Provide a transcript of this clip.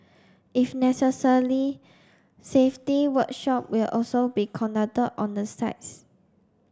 if necessary safety workshop will also be conducted on the sites